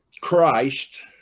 Christ